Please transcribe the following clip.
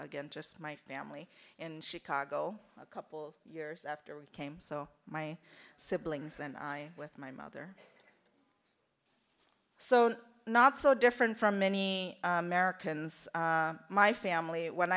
again just my family and chicago a couple years after we came so my siblings and i with my mother so not so different from many americans my family when